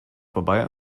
vorbei